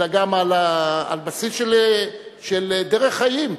אלא גם על בסיס של דרך חיים.